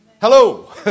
Hello